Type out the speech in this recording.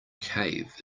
cave